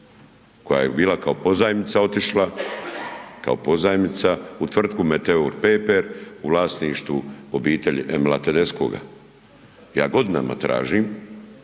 koja je bila kao pozajmica otišla u tvrtku Meteor Paper u vlasništvu obitelji Emila TEdeschia. Ja godinama tražim,